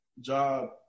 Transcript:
job